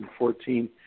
2014